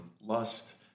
lust